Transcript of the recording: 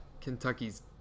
kentucky's